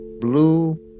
blue